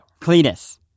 Cletus